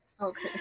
Okay